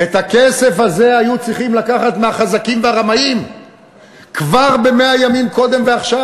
את הכסף הזה היו צריכים לקחת מהחזקים והרמאים כבר 100 ימים קודם ועכשיו.